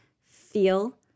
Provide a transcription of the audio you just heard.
feel